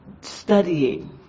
studying